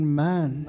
man